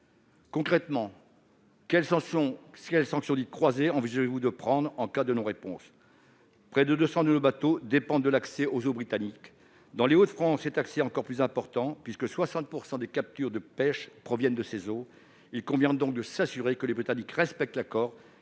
Concrètement, quelles sanctions dites croisées envisagez-vous de prendre en cas de non-réponse ? Près de deux cents de nos bateaux dépendent de l'accès aux eaux britanniques. Dans les Hauts-de-France, cet accès est encore plus important, puisque 60 % des captures de pêche proviennent de ces eaux. Il convient donc de s'assurer que les Britanniques respectent l'accord